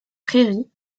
prairies